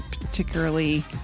particularly